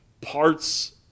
parts